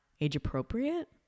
age-appropriate